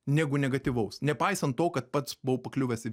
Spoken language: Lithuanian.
negu negatyvaus nepaisant to kad pats buvau pakliuvęs į